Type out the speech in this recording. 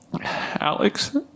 Alex